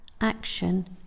Action